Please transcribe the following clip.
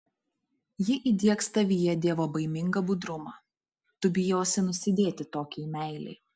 ji įdiegs tavyje dievobaimingą budrumą tu bijosi nusidėti tokiai meilei